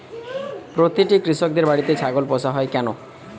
প্রতিটি কৃষকদের বাড়িতে ছাগল পোষা হয় কেন?